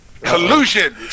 Collusion